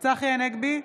צחי הנגבי,